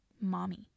mommy